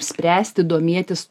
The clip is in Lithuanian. spręsti domėtis